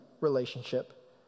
relationship